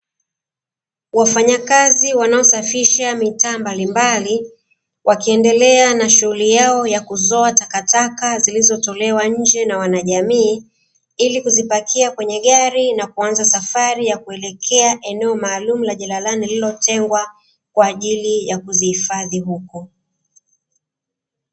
Wafanyakazi wanaosafisha mitaa mbalimbali wakiendelea na shughuli yao ya kuzoa takataka zilizotolewa nja na wanajamii, ili kuzipakia kwenye gari na kuanza safari ya kuelekea eneo maalumu la jalalani, lililotengwa kwa ajili ya kuzihifadhi huko.